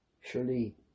surely